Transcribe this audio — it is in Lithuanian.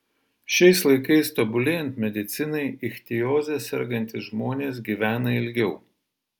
šiais laikais tobulėjant medicinai ichtioze sergantys žmonės gyvena ilgiau